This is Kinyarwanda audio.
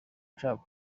nshaka